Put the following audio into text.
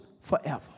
forever